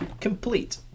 complete